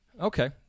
Okay